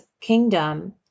kingdom